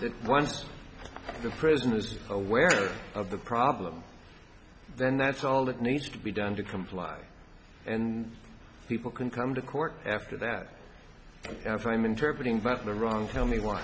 that once the prisoners aware of the problem then that's all that needs to be done to comply and people can come to court after that if i'm interpreting both the wrong tell me wh